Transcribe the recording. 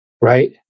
Right